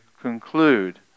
conclude